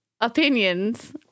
opinions